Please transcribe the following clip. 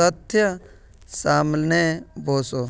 तथ्य सामने वोसो